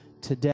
today